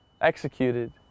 executed